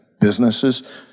businesses